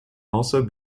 also